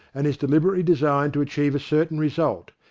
and is deliberately designed to achieve a certain result,